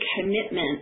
commitment